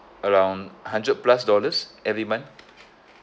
around hundred plus dollars every month